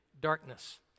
darkness